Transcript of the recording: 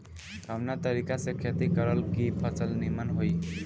कवना तरीका से खेती करल की फसल नीमन होई?